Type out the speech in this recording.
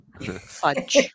fudge